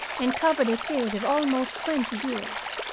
and covered a period of almost twenty years.